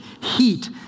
heat